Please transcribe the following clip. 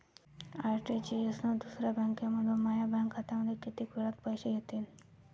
RTGS न दुसऱ्या बँकेमंधून माया बँक खात्यामंधी कितीक वेळातं पैसे येतीनं?